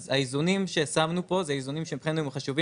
אז האיזונים ששמנו פה הם איזונים חשובים